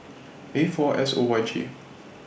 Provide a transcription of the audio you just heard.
A four S O Y G